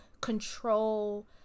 control